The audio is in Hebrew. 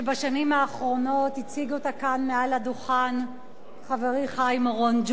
שבשנים האחרונות הציג אותה כאן מעל לדוכן חברי חיים אורון,